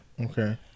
Okay